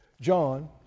John